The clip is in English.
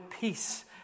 peace